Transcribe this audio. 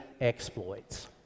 exploits